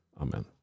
Amen